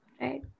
Right